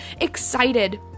excited